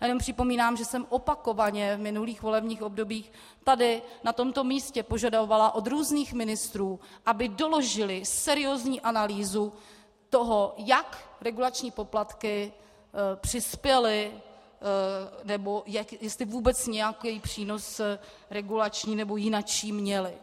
Já jenom připomínám, že jsem opakovaně v minulých volebních obdobích tady na tomto místě požadovala od různých ministrů, aby doložili seriózní analýzu toho, jak regulační poplatky přispěly, nebo jestli vůbec nějaký přínos regulační nebo jinačí měly.